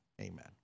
amen